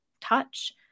touch